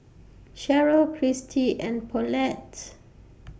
Cheryle Christy and Paulette